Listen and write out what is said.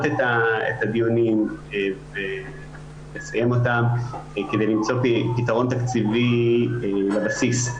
את הדיונים ולסיים אותם כדי למצוא פתרון תקציבי לבסיס.